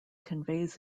conveys